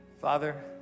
Father